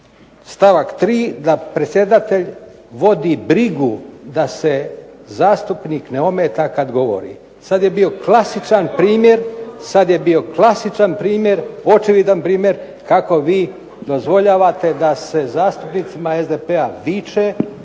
stavak 3. da predsjedatelj vodi brigu da se zastupnik ne ometa kad govori. Sad je bio klasičan primjer, očevidan primjer kako vi dozvoljavate da se zastupnicima SDP-a viče,